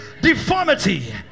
deformity